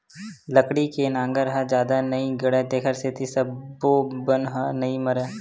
लकड़ी के नांगर ह जादा नइ गड़य तेखर सेती सब्बो बन ह नइ मरय